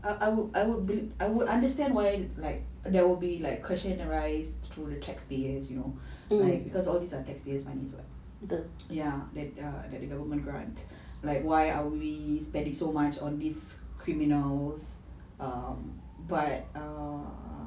I would I would I would understand why like there will be like question arise through the taxpayers you know like cause all these are taxpayers money so the ya then err that the government grant like why are we spending so much on these criminals um but err